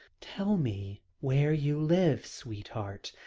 tell me where you live, sweetheart,